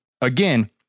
again